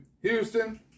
Houston